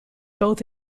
both